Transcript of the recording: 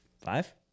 Five